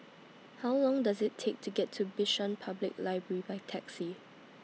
How Long Does IT Take to get to Bishan Public Library By Taxi